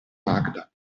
magda